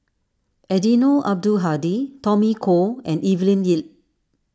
Eddino Abdul Hadi Tommy Koh and Evelyn Lip